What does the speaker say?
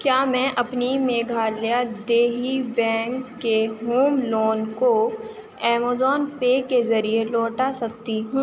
کیا میں اپنی میگھالیہ دیہی بینک کے ہوم لون کو ایمیزون پے کے ذریعے لوٹا سکتی ہوں